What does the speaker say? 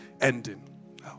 ending